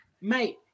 Mate